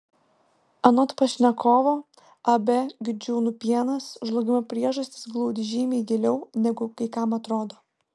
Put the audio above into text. anot pašnekovo ab gudžiūnų pienas žlugimo priežastys glūdi žymiai giliau negu kai kam atrodo